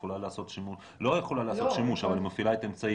הבנתי.